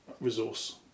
resource